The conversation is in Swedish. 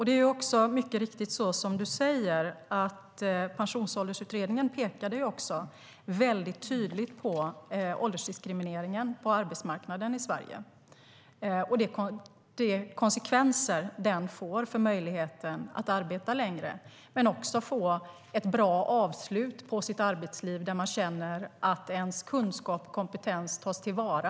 Det är mycket riktigt som du säger, och Pensionsåldersutredningen pekade också tydligt på åldersdiskrimineringen på arbetsmarknaden i Sverige och de konsekvenser den får för möjligheten att arbeta längre och att också få ett bra avslut på sitt arbetsliv, där man känner att ens kunskap och kompetens tas till vara.